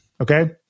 okay